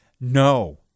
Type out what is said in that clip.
no